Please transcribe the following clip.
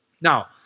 Now